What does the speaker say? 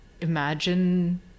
imagine